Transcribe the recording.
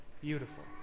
beautiful